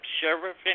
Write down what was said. sheriff